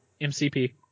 MCP